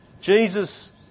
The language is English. Jesus